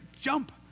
jump